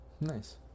nice